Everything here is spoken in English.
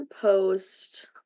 post